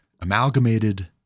amalgamated